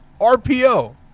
RPO